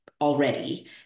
already